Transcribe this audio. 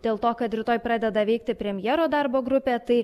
dėl to kad rytoj pradeda veikti premjero darbo grupė tai